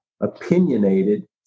opinionated